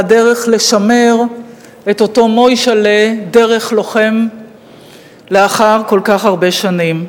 והדרך לשמר את אותו מוישל'ה דרך אותו לוחם לאחר כל כך הרבה שנים.